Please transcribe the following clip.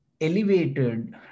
elevated